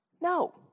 No